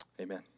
Amen